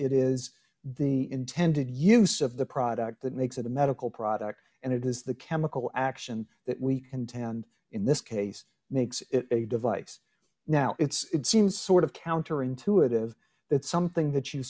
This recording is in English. it is the intended use of the product that makes it a medical product and it is the chemical action that we contend in this case makes a device now it's seems sort of counter intuitive that something that you